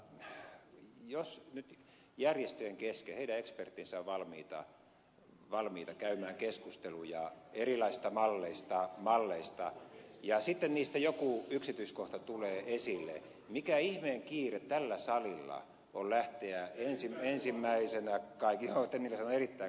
mutta jos nyt järjestöjen kesken ollaan heidän eksperttinsä ovat valmiita käymään keskusteluja erilaisista malleista ja sitten niistä joku yksityiskohta tulee esille niin mikä ihmeen kiire tällä salilla on lähteä ensimmäisenä joo ed